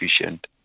efficient